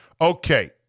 Okay